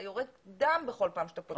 אתה יורק דם בכל פעם שאתה פותח.